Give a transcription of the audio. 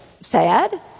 sad